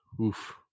Oof